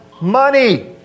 money